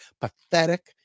pathetic